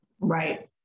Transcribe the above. Right